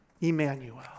Emmanuel